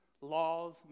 laws